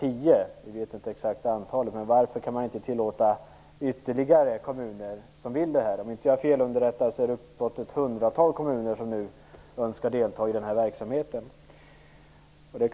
Nu blir det något fler än tio, men vi vet inte det exakta antalet. Om inte jag är felunderrättad är det uppåt ett hundratal kommuner som nu önskar delta i denna verksamhet.